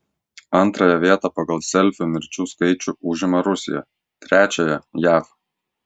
antrąją vietą pagal selfių mirčių skaičių užima rusija trečiąją jav